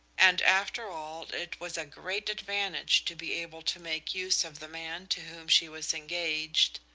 and after all it was a great advantage to be able to make use of the man to whom she was engaged.